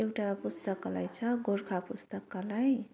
एउटा पुस्तकालय छ गोर्खा पुस्तकालय